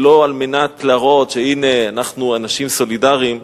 היא לא על מנת להראות שהנה אנחנו אנשים סולידריים,